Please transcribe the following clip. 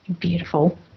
Beautiful